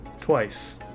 twice